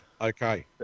okay